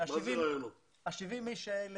70 האנשים שהם